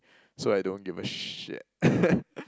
so I don't give a shit